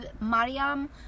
Mariam